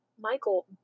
Michael